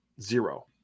Zero